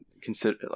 consider